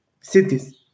cities